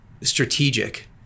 strategic